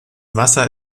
wasser